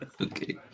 okay